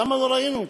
למה לא ראינו אותם?